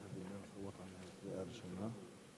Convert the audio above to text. לרשותך, חבר הכנסת בן-ארי, שלוש דקות.